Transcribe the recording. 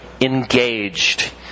engaged